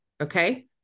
okay